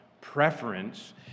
preference